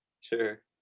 Sure